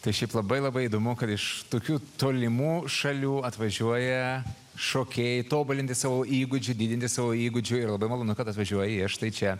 tai šiaip labai labai įdomu kad iš tokių tolimų šalių atvažiuoja šokėjai tobulinti savo įgūdžių didinti savo įgūdžių ir labai malonu kad atvažiuoja jie štai čia